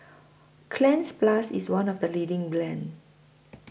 Cleanz Plus IS one of The leading brands